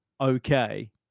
okay